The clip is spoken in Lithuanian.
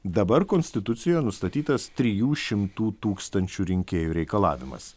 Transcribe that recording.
dabar konstitucijoje nustatytas trijų šimtų tūkstančių rinkėjų reikalavimas